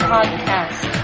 Podcast